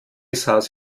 saß